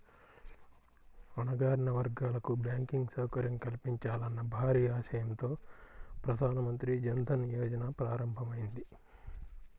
అణగారిన వర్గాలకు బ్యాంకింగ్ సౌకర్యం కల్పించాలన్న భారీ ఆశయంతో ప్రధాన మంత్రి జన్ ధన్ యోజన ప్రారంభమైంది